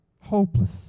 hopeless